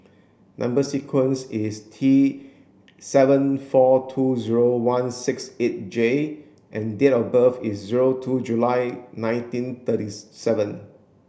number sequence is T seven four two zero one six eight J and date of birth is zero two July nineteen thirties seven